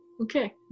okay